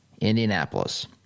Indianapolis